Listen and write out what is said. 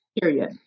period